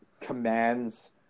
commands